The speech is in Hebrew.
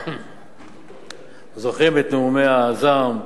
זוכרים את נאומי הזעם,